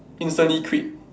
instantly quit